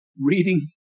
reading